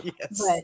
Yes